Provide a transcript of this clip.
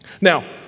Now